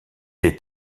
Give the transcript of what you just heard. est